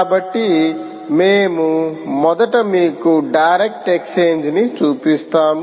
కాబట్టి మేము మొదట మీకు డైరెక్ట్ ఎక్స్ఛేంజ్ ని చూపిస్తాము